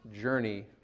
journey